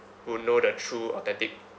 who know the true authentic